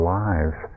lives